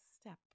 step